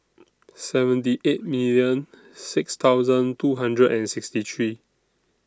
seven D eight million six thousand two hundred and sixty three